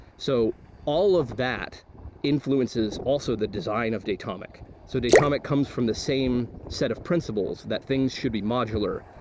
so all of that influences also the design of datomic. so datomic comes from the same set of principles that things should be modular,